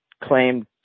claimed